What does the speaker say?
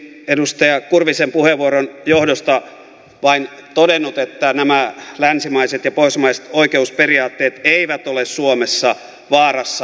olisin edustaja kurvisen puheenvuoron johdosta vain todennut että nämä länsimaiset ja pohjoismaiset oikeusperiaatteet eivät ole suomessa vaarassa